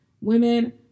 women